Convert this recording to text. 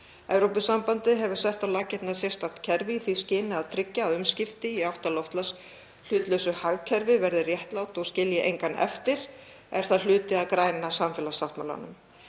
Evrópusambandið hefur sett á laggirnar sérstakt kerfi í því skyni að tryggja að umskipti í átt að loftslagshlutlausu hagkerfi verði réttlát og skilji engan eftir. Er það hluti af græna samfélagssáttmálanum.